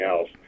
else